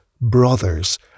brothers